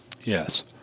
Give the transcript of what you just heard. yes